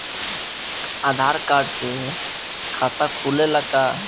आधार card से खाता खुले ला का?